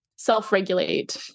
self-regulate